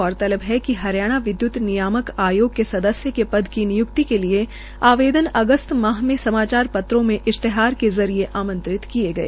गौरतलब है कि हरियाणा विद्य्त नियामक आयोग के सदस्य के पद की निय्क्ति के लिए आवदेन अगस्त माह में समाचार पत्रों में इश्तेहार के जरिये आंमत्रित किए गए